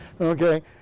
Okay